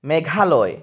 Meghalaya